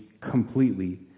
completely